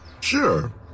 Sure